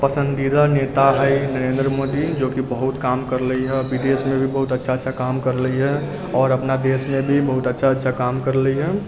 पसन्दीदा नेता हइ नरेन्द्र मोदी जेकि बहुत काम करले हइ विदेशमे भी बहुत अच्छा अच्छा काम करले हइ आओर अपना देशमे भी बहुत काम करले हइ